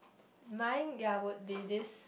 mine ya would be this